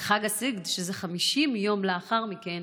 חג הסיגד, שזה 50 יום לאחר מכן,